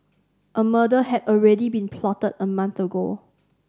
a murder had already been plotted a month ago